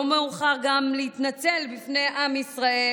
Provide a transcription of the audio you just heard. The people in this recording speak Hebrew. לא מאוחר גם להתנצל בפני עם ישראל